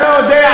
אני יודע,